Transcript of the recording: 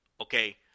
Okay